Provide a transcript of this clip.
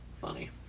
funny